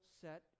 set